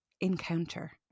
Encounter